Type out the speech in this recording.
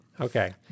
Okay